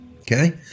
okay